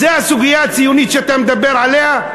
זה הסוגיה הציונית שאתה מדבר עליה?